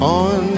on